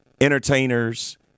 entertainers